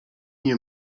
nie